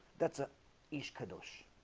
that's a ish kadosh,